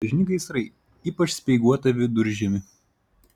dažni gaisrai ypač speiguotą viduržiemį